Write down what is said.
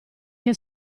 che